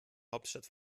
hauptstadt